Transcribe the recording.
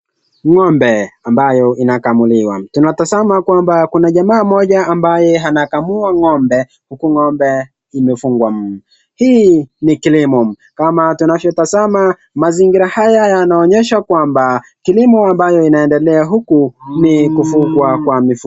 Ng'ombe ambayo inakamuliwa, tunatazama kwamba kuna jamaa mmoja ambaye anakamua ng'ombe, huku nombe imefungwa, hii ni kilimo, kama tunavyo tazama mazingira haya yanaonyesha kwamba kilimo ambayo inaendelea huku ni kufugwa kwa mifugo.